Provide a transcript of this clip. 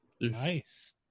Nice